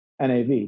NAV